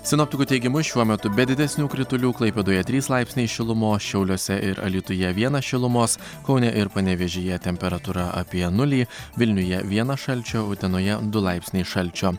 sinoptikų teigimu šiuo metu be didesnių kritulių klaipėdoje trys laipsniai šilumos šiauliuose ir alytuje vienas šilumos kaune ir panevėžyje temperatūra apie nulį vilniuje vienas šalčio utenoje du laipsniai šalčio